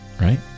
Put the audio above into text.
right